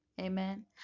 Amen